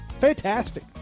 Fantastic